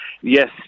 yes